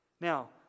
Now